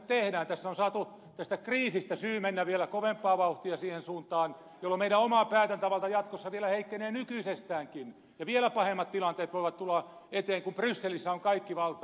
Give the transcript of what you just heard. tässä on saatu tästä kriisistä syy mennä vielä kovempaa vauhtia siihen suuntaan jolloin meidän oma päätäntävaltamme jatkossa vielä heikkenee nykyisestäänkin ja vielä pahemmat tilanteet voivat tulla eteen kun brysselissä on kaikki valta